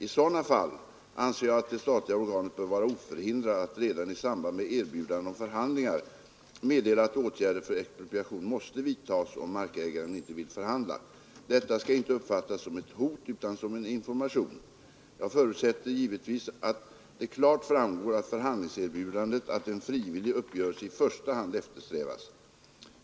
I sådana fall anser jag att det statliga organet bör vara oförhindrat att redan i samband med erbjudande om förhandlingar meddela att åtgärder för expropriation måste vidtas om markägaren inte vill förhandla. Detta skall inte uppfattas som ett hot utan som en information. Jag förutsätter givetvis att det klart framgår av förhandlingserbjudandet att en frivillig uppgörelse i första hand eftersträvas.